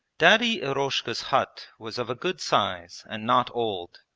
daddy eroshka's hut was of a good size and not old,